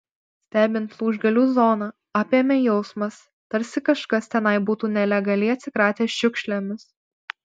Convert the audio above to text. stebint lūžgalių zoną apėmė jausmas tarsi kažkas tenai būtų nelegaliai atsikratęs šiukšlėmis